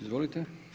Izvolite.